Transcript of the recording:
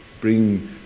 bring